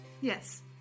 yes